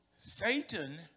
Satan